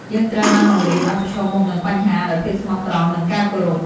យើងត្រូវបានបង្រៀនឱ្យប្រឈមមុខនឹងបញ្ហាដោយភាពស្មោះត្រង់ និងការគោរព។